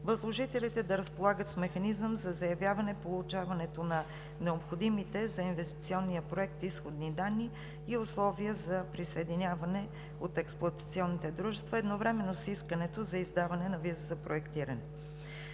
възложителите да разполагат с механизъм за заявяване за получаването на необходимите за инвестиционния проект изходни данни и условия за присъединяване от експлоатационните дружества едновременно с искането за издаване на виза за проектиране.